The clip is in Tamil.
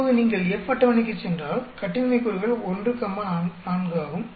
இப்போது நீங்கள் F அட்டவணைக்குச் சென்றால் கட்டின்மை கூறுகள் 1 கமா 4 ஆகும்